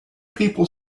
people